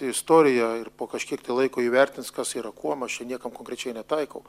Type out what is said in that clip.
istorija ir po kažkiek tai laiko įvertins kas yra kuom niekam konkrečiai netaikau